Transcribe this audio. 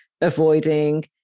avoiding